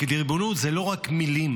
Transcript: ריבונות זה לא רק מילים,